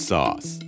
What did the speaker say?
Sauce